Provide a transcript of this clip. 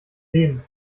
leben